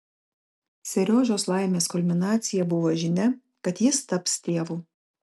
seriožos laimės kulminacija buvo žinia kad jis taps tėvu